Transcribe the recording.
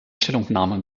stellungnahme